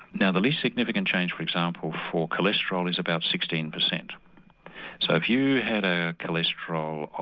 now the least significant change for example for cholesterol is about sixteen percent so if you had a cholesterol of,